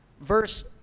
Verse